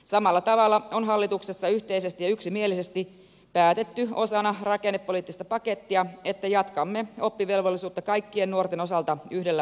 samalla tavalla on hallituksessa yhteisesti ja yksimielisesti päätetty osana rakennepoliittista pakettia että jatkamme oppivelvollisuutta kaikkien nuorten osalta yhdellä vuodella